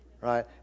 right